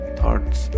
thoughts